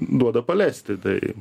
duoda paleisti tai